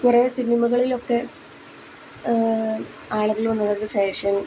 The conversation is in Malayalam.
കുറേ സിനിമകളിലൊക്കെ ആളുകൾ വന്നത് ഫാഷൻ